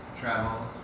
travel